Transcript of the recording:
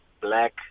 black